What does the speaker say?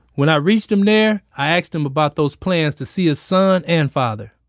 when i reached him there, i asked him about those plans to see his son and father.